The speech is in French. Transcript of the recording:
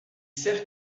sert